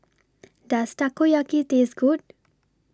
Does Takoyaki Taste Good